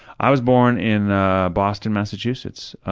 i was born in boston, massachusetts,